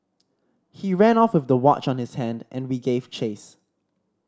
he ran off with the watch on his hand and we gave chase